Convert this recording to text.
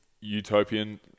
utopian